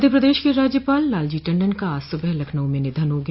मध्य प्रदेश के राज्यपाल लालजी टंडन का आज सुबह लखनऊ में निधन हो गया